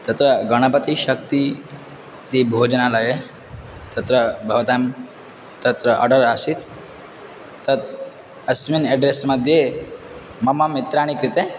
तत्र गणपतिः शक्तिः इति भोजनालये तत्र भवतां तत्र आर्डर् आसीत् तत् अस्मिन् अड्रेस् मध्ये मम मित्राणि कृते